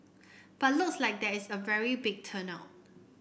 but looks like there is a very big turn out